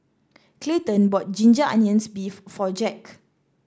Clayton bought Ginger Onions beef for Jacque